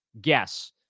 guess